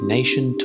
Nation